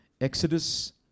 Exodus